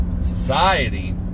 Society